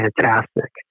fantastic